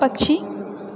पक्षी